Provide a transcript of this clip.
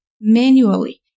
manually